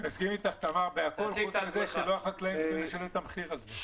מסכים אתך בכל חוץ מזה שלא החקלאים צריכים לשלם את המחיר הזה.